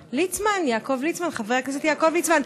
והבריאות.